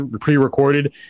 pre-recorded